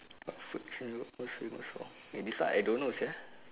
what food is your neighbourhood most famous for eh this one I don't know sia